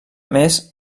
més